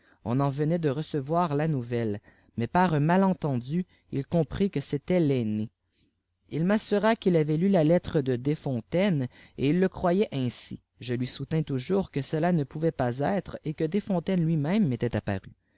ou en venait de recevoir ta nouvelle mais pâ nn ntyflfcnéndu îl comprit que c'était l'aîné it m'assura qu'il avait tù fa lettre de desfonwivi'eâ et îf le croyait ainsi je lui toutin toujours e cela ne pouvait pcis êfrcj et que dcsfonlaiues lui-même m'était apparu